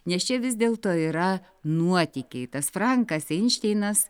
nes čia vis dėlto yra nuotykiai tas frankas einšteinas